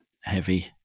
heavy